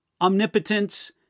omnipotence